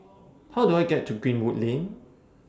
How Do I get to Greenwood Lane